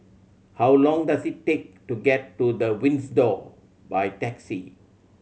how long does it take to get to The Windsor by taxi